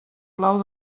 plau